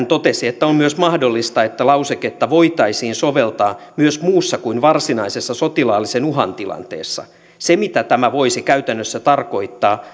totesi että on myös mahdollista että lauseketta voitaisiin soveltaa myös muussa kuin varsinaisessa sotilaallisen uhan tilanteessa se mitä tämä voisi käytännössä tarkoittaa